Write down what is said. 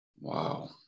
wow